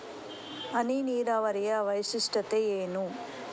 ಹನಿ ನೀರಾವರಿಯ ವೈಶಿಷ್ಟ್ಯತೆ ಏನು?